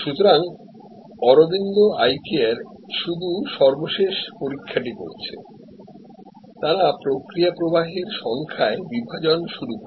সুতরাং Arvind eye care শুধু সর্বশেষ পরীক্ষাটি করছে তারা প্রক্রিয়া প্রবাহের সংখ্যায় বিভাজন শুরু করে